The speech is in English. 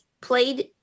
played